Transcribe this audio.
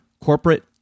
corporate